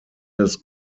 des